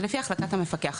זה לפי החלטת המפקח,